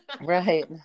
Right